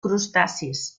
crustacis